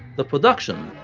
the production,